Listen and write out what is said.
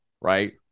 Right